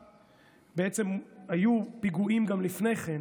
בעצם היו פיגועים גם לפני כן,